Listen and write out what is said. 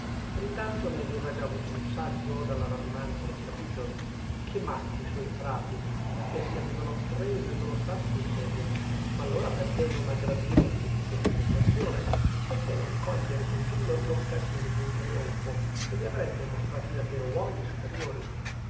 per intanto ne aveva già avuto un saggio dalla radunanza del capitolo che matti i suoi frati anch'essi avevano preso il loro stato sul serio ma allora perchè non aggradire un pizzico di tentazione perchè non cogliere con giubilo l'occasione di un trionfo che li avrebbe mostrati davvero uomini superiori